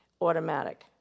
automatic